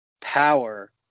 power